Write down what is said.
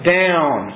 down